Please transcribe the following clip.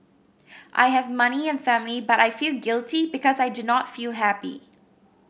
I have money and a family but I feel guilty because I do not feel happy